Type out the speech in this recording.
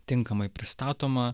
tinkamai pristatoma